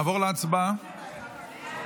נעבור להצבעה